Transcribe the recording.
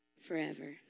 forever